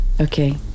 Okay